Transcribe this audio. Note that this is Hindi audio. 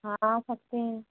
हाँ आ सकते हैं